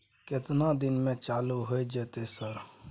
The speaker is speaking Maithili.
केतना दिन में चालू होय जेतै सर?